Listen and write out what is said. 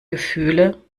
gefühle